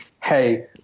hey